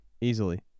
Easily